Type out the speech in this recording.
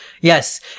yes